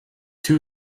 two